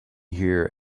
here